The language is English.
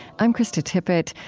i'm krista tippett.